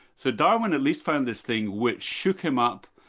so darwin at least found this thing which shook him up,